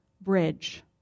bridge